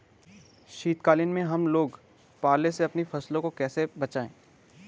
शीतकालीन में हम लोग पाले से अपनी फसलों को कैसे बचाएं?